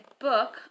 book